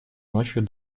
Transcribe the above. ночью